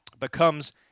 becomes